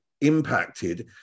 impacted